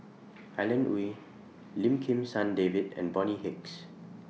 Alan Oei Lim Kim San David and Bonny Hicks